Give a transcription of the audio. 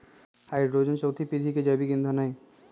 hydrogen चउथी पीढ़ी के जैविक ईंधन हई